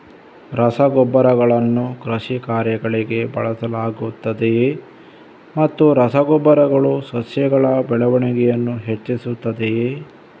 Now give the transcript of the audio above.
ರಸಗೊಬ್ಬರಗಳನ್ನು ಕೃಷಿ ಕಾರ್ಯಗಳಿಗೆ ಬಳಸಲಾಗುತ್ತದೆಯೇ ಮತ್ತು ರಸ ಗೊಬ್ಬರಗಳು ಸಸ್ಯಗಳ ಬೆಳವಣಿಗೆಯನ್ನು ಹೆಚ್ಚಿಸುತ್ತದೆಯೇ?